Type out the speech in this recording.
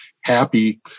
happy